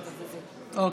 הלאומי,